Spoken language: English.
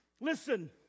Listen